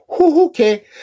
okay